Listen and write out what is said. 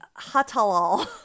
hatalal